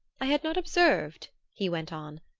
i had not observed, he went on,